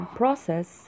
process